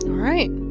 right.